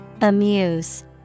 amuse